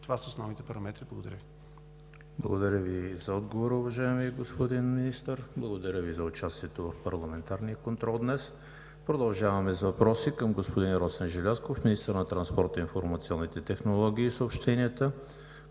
Това са основните параметри. Благодаря Ви. ПРЕДСЕДАТЕЛ ЕМИЛ ХРИСТОВ: Благодаря Ви за отговора, уважаеми господин Министър. Благодаря Ви за участието в парламентарния контрол днес. Продължаваме с въпроси към господин Росен Желязков – министър на транспорта, информационните технологии и съобщенията,